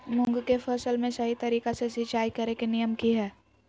मूंग के फसल में सही तरीका से सिंचाई करें के नियम की हय?